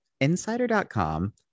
Insider.com